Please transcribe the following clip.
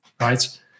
right